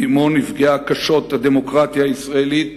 ועמו נפגעה קשות הדמוקרטיה הישראלית,